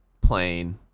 plane